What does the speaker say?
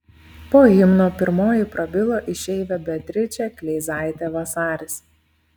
po himno pirmoji prabilo išeivė beatričė kleizaitė vasaris